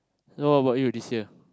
then what about you this year